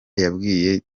yabwiye